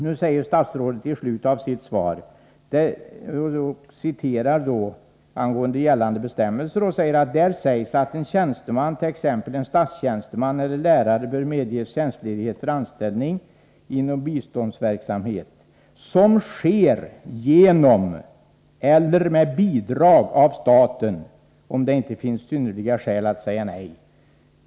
Statsrådet hänvisar i slutet av sitt svar till gällande bestämmelser och säger i det sammanhanget att en tjänsteman — t.ex. en statstjänsteman eller en lärare — bör medges tjänstledighet för anställning inom biståndsverksamhet ”som sker genom eller med bidrag av staten, om det inte finns synnerliga skäl att säga nej”.